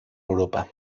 europa